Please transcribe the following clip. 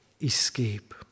escape